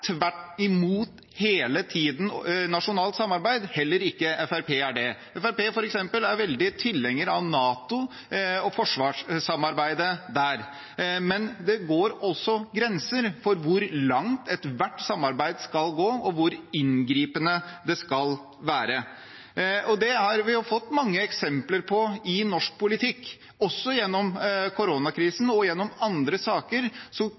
imot internasjonalt samarbeid – heller ikke Fremskrittspartiet er det. Fremskrittspartiet er f.eks. veldig tilhenger av NATO og forsvarssamarbeidet der. Men det er grenser for hvor langt ethvert samarbeid skal gå, og hvor inngripende det skal være. Det har vi fått mange eksempler på i norsk politikk. Gjennom koronakrisen og andre saker